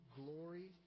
glory